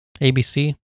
ABC